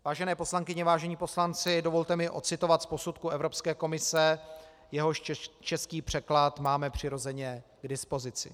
Vážené poslankyně, vážení poslanci, dovolte mi ocitovat z posudku Evropské komise, jehož český překlad máme přirozeně k dispozici.